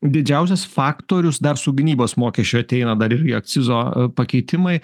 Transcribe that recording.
didžiausias faktorius dar su gynybos mokesčiu ateina dar irgi akcizo pakeitimai